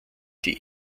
die